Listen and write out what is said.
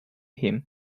him